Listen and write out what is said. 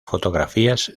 fotografías